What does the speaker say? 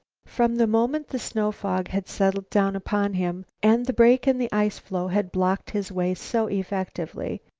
from the moment the snow-fog had settled down upon him and the break in the ice-floe had blocked his way so effectively,